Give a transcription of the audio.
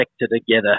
together